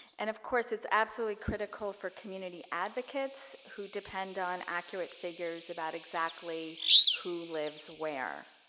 and of course, it's absolutely critical for community advocates who depend on accurate figures about exactly who lives where.